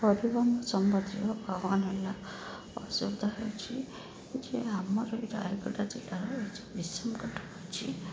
ପରିବହନ ସମ୍ବନ୍ଧୀୟ ଆହ୍ୱାନ ହେଲା ଅସୁବିଧା ହେଉଛି ଯେ ଆମର ରାୟଗଡ଼ା ଜିଲ୍ଲାର ଏଇ ଯେଉଁ ବିସଙ୍କଟ ହଉଛି